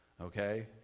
Okay